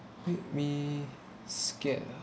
make me scared ah